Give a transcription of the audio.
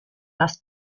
las